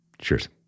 Cheers